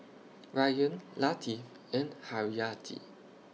Ryan Latif and Haryati